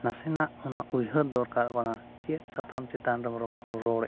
ᱱᱟᱥᱮᱱᱟᱜ ᱚᱱᱟ ᱩᱭᱦᱟᱹᱨ ᱫᱚᱨᱠᱟᱨᱚᱜ ᱠᱟᱱᱟ ᱪᱮᱫ ᱥᱟᱛᱟᱢ ᱪᱮᱛᱟᱱ ᱨᱮᱢ ᱨᱚᱯᱚᱲ ᱨᱚᱲᱮᱜᱼᱟ